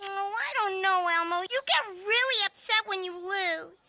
ah i don't know elmo, you get really upset when you lose.